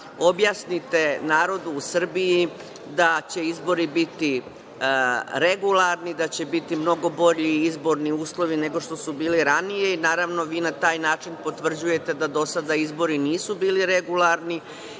objasnite narodu u Srbiji da će izbori biti regularni, da će biti mnogo bolji izborni uslovi nego što su bili ranije. Naravno, vi na taj način potvrđujete da do sada izbori nisu bili regularni